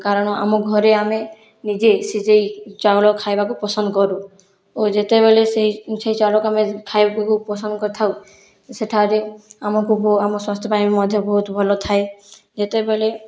କାରଣ ଆମ ଘରେ ଆମେ ନିଜେ ସିଝେଇ ଚାଉଳ ଖାଇବାକୁ ପସନ୍ଦ କରୁ ଓ ଯେତେବେଲେ ସେହି ସେହି ଚାଉଳକୁ ଆମେ ଖାଇବାକୁ ପସନ୍ଦ କରିଥାଉ ସେଠାରେ ଆମକୁ ବ ଆମ ସ୍ୱାସ୍ଥ୍ୟ ପାଇଁ ବି ମଧ୍ୟ ବହୁତ ଭଲ ଥାଏ ଯେତେବେଲେ